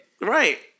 Right